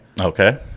Okay